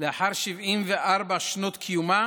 לאחר 74 שנות קיומה